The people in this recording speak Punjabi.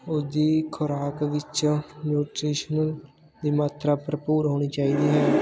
ਉਸ ਦੀ ਖੁਰਾਕ ਵਿੱਚ ਨਿਊਟ੍ਰੀਸ਼ਨ ਦੀ ਮਾਤਰਾ ਭਰਪੂਰ ਹੋਣੀ ਚਾਹੀਦੀ ਹੈ